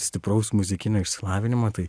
stipraus muzikinio išsilavinimo tai